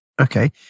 okay